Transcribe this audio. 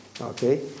Okay